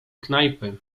knajpy